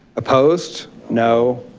opposed? no.